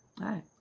Right